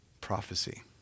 Prophecy